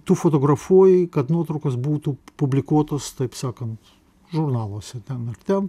tu fotografuoji kad nuotraukos būtų publikuotos taip sakant žurnaluose ten ar ten